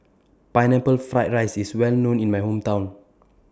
Pineapple Fried Rice IS Well known in My Hometown